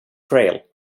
trail